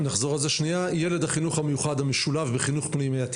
אם נחזור על זה: ילד החינוך המיוחד המשולב בחינוך פנימייתי